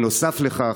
נוסף לכך,